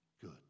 Good